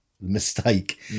mistake